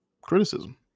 criticism